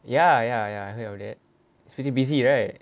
ya ya ya I heard about it it's pretty busy right